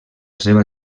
seva